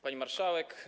Pani Marszałek!